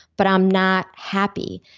but i'm not happy,